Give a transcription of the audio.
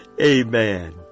Amen